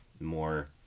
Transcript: more